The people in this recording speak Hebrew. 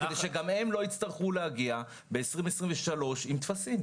כדי שגם הם לא יצטרכו להגיע ב-2023 עם טפסים,